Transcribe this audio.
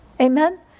Amen